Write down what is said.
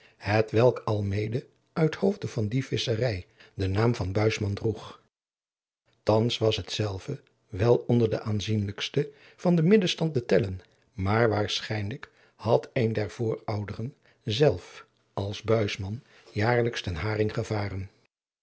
welk al mede uit hoofde van die visscherij den naam van buisman droeg thans was hetzelve wel onder de aanzienlijkste van den middelstand te tellen maar waarschijnlijk had een der voorouderen zelf als buisman jaarlijks ten haring gevaren